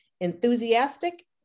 enthusiastic